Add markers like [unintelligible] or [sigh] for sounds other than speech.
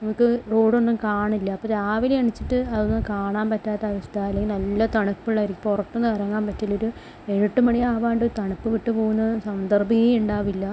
നമുക്ക് റോഡ് ഒന്നും കാണില്ല അപ്പോൾ രാവിലെ എണീച്ചിട്ട് അതൊന്നും കാണാൻ പറ്റാത്ത അവസ്ഥയാ അല്ലെങ്കിൽ നല്ല തണുപ്പ് [unintelligible] പുറത്തൊന്നും ഇറങ്ങാൻ പറ്റില്ല ഒരു ഏഴ് എട്ട് മണി ആവാണ്ട് തണുപ്പ് വിട്ട് പോവുന്ന സന്ദർഭമേ ഉണ്ടാവില്ല